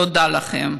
תודה לכם,